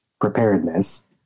preparedness